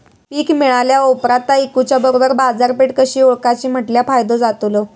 पीक मिळाल्या ऑप्रात ता इकुच्या बरोबर बाजारपेठ कशी ओळखाची म्हटल्या फायदो जातलो?